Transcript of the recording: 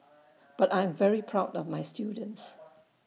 but I'm very proud of my students